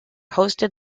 hosted